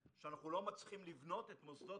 שבהן אנחנו לא מצליחים לבנות את מוסדות